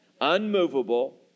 unmovable